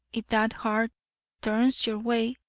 if that heart turns your way,